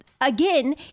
again